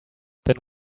then